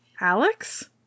alex